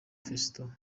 fiston